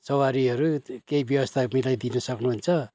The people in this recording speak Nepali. सवारीहरू केही व्यवस्था मिलाइदिनु सक्नुहुन्छ